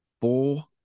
four